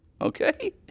Okay